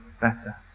better